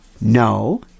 No